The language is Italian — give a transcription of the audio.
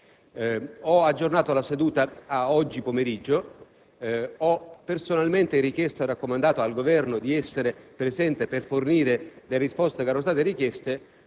aggiornato la seduta ad oggi pomeriggio e ho personalmente richiesto e raccomandato al Governo di essere presente per fornire le risposte che erano state richieste,